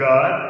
God